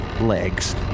legs